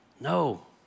No